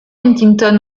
huntington